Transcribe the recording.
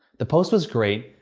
the post was great,